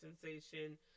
sensation